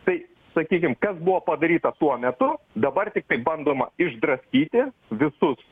tai sakykim buvo padaryta tuo metu dabar tiktai bandoma išdraskyti visus